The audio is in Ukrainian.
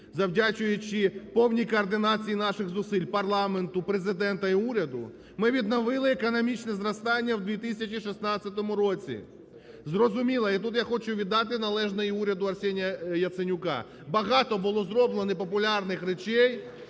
завдячуючи повній координації наших зусиль парламенту, Президенту і уряду, ми відновили економічне зростання у 2016 році. Зрозуміло, і тут я хочу віддати належне і уряду Арсенія Яценюка, багато було зроблено непопулярних речей,